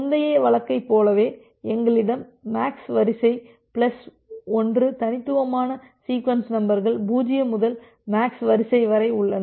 முந்தைய வழக்கைப் போலவே எங்களிடம் மேக்ஸ் வரிசை பிளஸ் 1 தனித்துவமான சீக்வென்ஸ் நம்பர்கள் 0 முதல் மேக்ஸ் வரிசை வரை உள்ளன